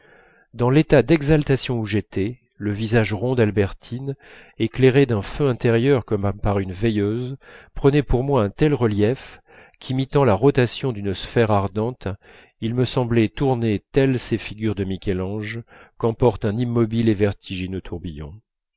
dans l'état d'exaltation où j'étais le visage rond d'albertine éclairé d'un feu intérieur comme par une veilleuse prenait pour moi un tel relief qu'imitant la rotation d'une sphère ardente il me semblait tourner telles ces figures de michel-ange qu'emporte un immobile et vertigineux tourbillon